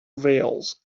veils